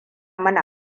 mana